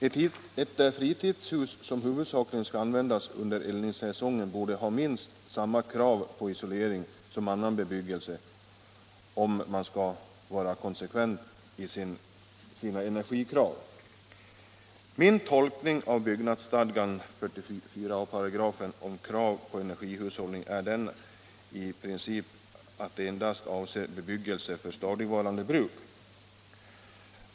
Ett fritidshus som huvudsakligen skall användas under eldningssäsongen borde ha minst samma krav på isolering som annan bebyggelse, om man skall vara konsekvent i sina energisparkrav. Min tolkning av byggnadsstadgan 44 a § om krav på energihushållning är att den i princip endast avser bebyggelse för stadigvarande bruk.